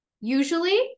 usually